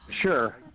Sure